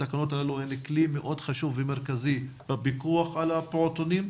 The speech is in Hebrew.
התקנות האלה הן כלי מאוד חשוב ומרכזי בפיקוח על הפעוטונים,